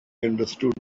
understood